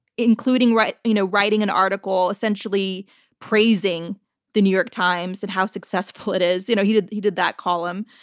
including you know writing an article essentially praising the new york times and how successful it is. you know he did he did that column.